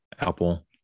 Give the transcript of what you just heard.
Apple